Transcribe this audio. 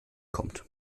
kommt